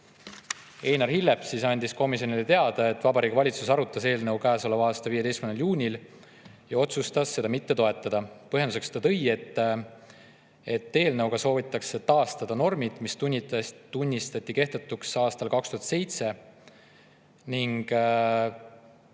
Einar Hillep andis komisjonile teada, et Vabariigi Valitsus arutas eelnõu käesoleva aasta 15. juunil ja otsustas seda mitte toetada. Põhjenduseks tõi, et eelnõuga soovitakse taastada normid, mis tunnistati kehtetuks aastal 2007.